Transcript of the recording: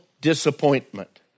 disappointment